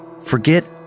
Forget